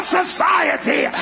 society